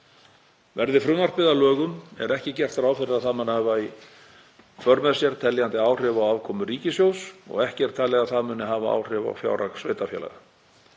Verði frumvarpið að lögum er ekki gert ráð fyrir að það muni hafa í för með sér teljandi áhrif á afkomu ríkissjóðs og ekki er talið að það muni hafa áhrif á fjárhag sveitarfélaga.